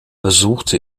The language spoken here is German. besuchte